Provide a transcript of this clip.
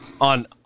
on